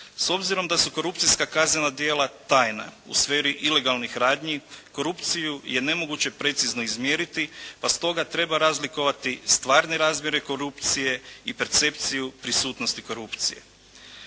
S obzirom da su korupcijska kaznena djela tajna u sferi ilegalnih radnji korupciju je nemoguće precizno izmjeriti, pa stoga treba razlikovati stvarne razmjere korupcije i percepciju prisutnosti korupcije.